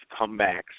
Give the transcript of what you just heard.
comebacks